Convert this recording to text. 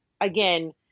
again